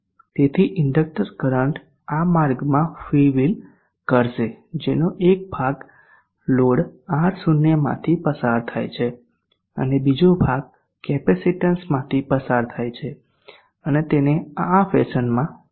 તેથી inductor current આ માર્ગમાં ફ્રી વ્હિલ કરશે જેનો એક ભાગ લોડ R0 માંથી પસાર થાય છે અને બીજો ભાગ કેપેસિટેન્સમાંથી પસાર થાય છે અને તેને આ ફેશનમાં ચાર્જ કરે છે